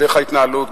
לדרך ההתנהלות,